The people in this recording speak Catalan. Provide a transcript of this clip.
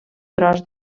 tros